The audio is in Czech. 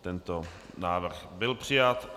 Tento návrh byl přijat.